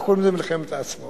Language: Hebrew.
אנחנו קוראים לזה "מלחמת העצמאות",